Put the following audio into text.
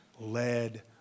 led